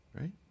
right